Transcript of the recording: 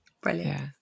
Brilliant